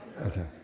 Okay